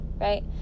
Right